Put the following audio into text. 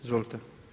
Izvolite.